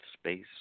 space